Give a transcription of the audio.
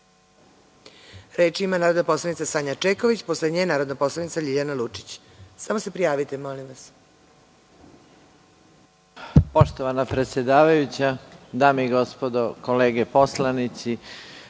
Reč ima narodna poslanica Sanja Čeković, posle nje narodna poslanica Ljiljana Lučić. **Sanja Čeković** Poštovana predsedavajuća, dame i gospodo kolege poslanici,